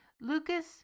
Lucas